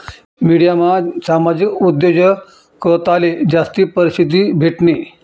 मिडियामा सामाजिक उद्योजकताले जास्ती परशिद्धी भेटनी